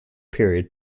period